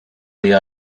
the